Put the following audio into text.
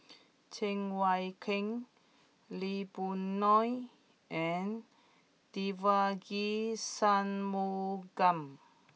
Cheng Wai Keung Lee Boon Ngan and Devagi Sanmugam